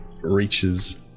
reaches